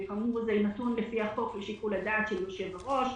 וכאמור זה נתון לפי החוק לשיקול הדעת של יושב-הראש.